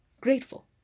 grateful